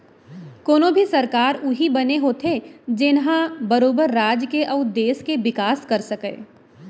कोनो भी सरकार उही बने होथे जेनहा बरोबर राज के अउ देस के बिकास कर सकय